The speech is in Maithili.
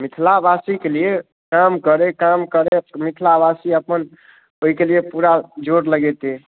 मिथिला वासीके लिए काम करे काम करे मिथिला वासी आपन ओहिके लिए पूरा जोर लगेतै